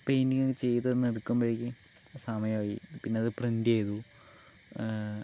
painting ഒക്കെ ചെയ്ത് എടുക്കുമ്പോഴേക്കും സമയമായി പിന്നെ അത് പ്രിൻറ് ചെയ്തു